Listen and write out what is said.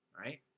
Right